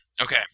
okay